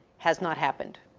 has not happened.